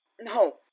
No